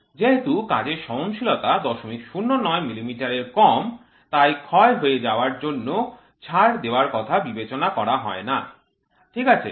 যেহেতু কাজের সহনশীলতা ০০৯ মিলিমিটারের কম তাই ক্ষয় হয়ে যাওয়ার জন্য ছাড় দেওয়ার কথা বিবেচনা করা হয় না ঠিক আছে